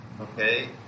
okay